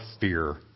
fear